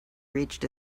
reached